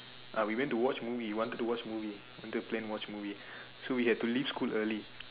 uh we went to watch movie wanted to watch movie wanted to plan watch movie so we had to leave school early